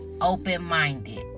open-minded